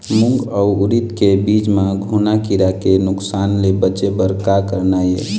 मूंग अउ उरीद के बीज म घुना किरा के नुकसान ले बचे बर का करना ये?